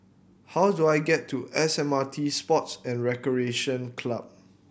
how do I get to S M R T Sports and Recreation Club